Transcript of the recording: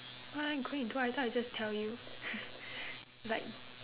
why I go and do I thought I just tell you like